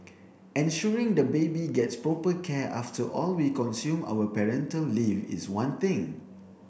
ensuring the baby gets proper care after all we consume our parental leave is one thing